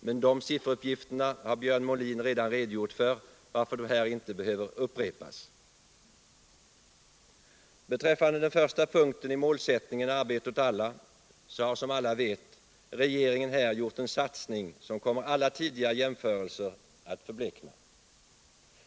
men de sifferuppgifterna har Björn Molin redan redogjort för, varför de här inte behöver upprepas. Beträffande den första punkten i målsättningen, arbete åt alla, så har som alla vet regeringen här gjort en satsning som kommer alla tidigare jämförelser att förblekna.